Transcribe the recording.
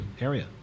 area